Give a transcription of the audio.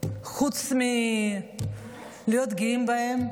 שאין מילה אחרת חוץ מלהיות גאים בהם.